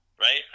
right